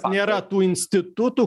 nėra tų institutų